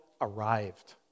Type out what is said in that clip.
arrived